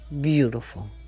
Beautiful